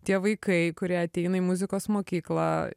tie vaikai kurie ateina į muzikos mokyklą